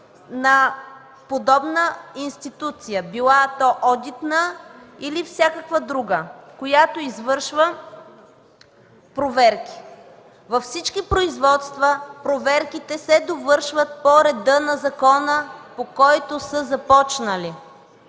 на подобна институция – било одитна или всякаква друга, която извърша проверки. Във всички производства проверките се довършват по реда на закона, по който са започнали.